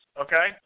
okay